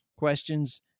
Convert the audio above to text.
questions